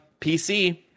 PC